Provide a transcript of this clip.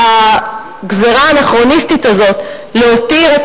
שהגזירה האנכרוניסטית הזאת להותיר את